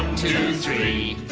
two three